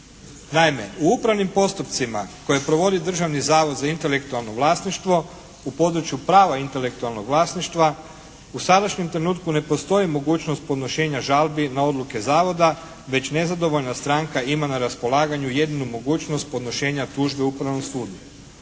Naime u upravnim postupcima koje provodi Državni zavod za intelektualno vlasništvo u području prava intelektualnog vlasništva u sadašnjem trenutku ne postoji mogućnost podnošenja žalbi na odluke zavoda već nezadovoljna stranka ima na raspolaganju jedino mogućnost podnošenja tužbe Upravnom sudu.